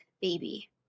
baby